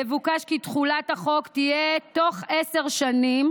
יבוקש כי תחולת החוק תהיה תוך עשר שנים,